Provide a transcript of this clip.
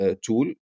tool